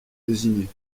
désignés